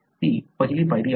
ती पहिली पायरी आहे